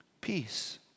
Peace